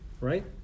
right